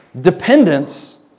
Dependence